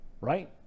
right